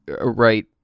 right